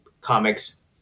Comics